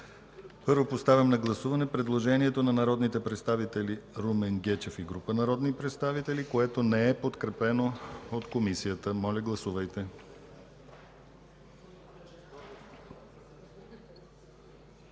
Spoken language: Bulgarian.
Първо, поставям на гласуване предложението на народните представители Румен Гечев и група народни представители, което не е подкрепено от Комисията. Гласували 97 народни